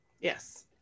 Yes